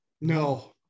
No